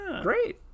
Great